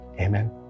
Amen